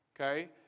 okay